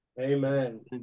Amen